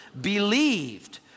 believed